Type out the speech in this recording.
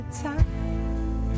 time